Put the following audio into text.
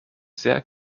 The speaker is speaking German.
sehr